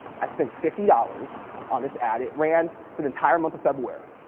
i spent fifty dollars on this ad. it ran for the entire month of february,